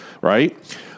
right